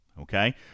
okay